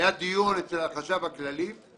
היה דיון אצל החשב הכללי,